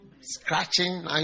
scratching